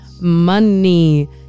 money